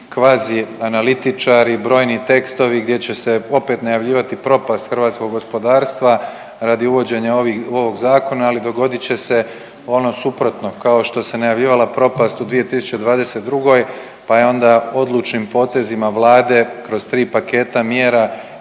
kvazi analitičari, brojni tekstovi gdje će se opet najavljivati propast hrvatskog gospodarstva radi uvođenja ovog zakona. Ali dogodit će se ono suprotno. Kao što se najavljivala propast u 2022. pa je onda odlučnim potezima Vlade kroz tri paketa mjera